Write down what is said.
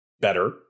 better